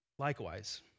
Likewise